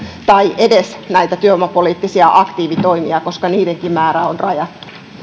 tai edes näitä työvoimapoliittisia aktiivitoimia koska niidenkin määrä on rajattu